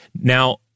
Now